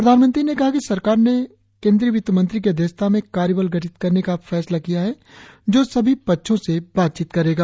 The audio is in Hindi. प्रधानमंत्री ने कहा कि सरकार ने वित्त मंत्री की अध्यक्षता में कार्यबल गठित करने का फैसला किया है जो सभी पक्षों से बातचीत करेगा